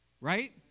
right